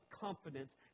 confidence